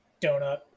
Donut